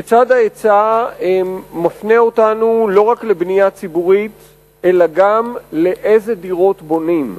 וצעד ההיצע מפנה אותנו לא רק לבנייה ציבורית אלא גם לאיזה דירות בונים.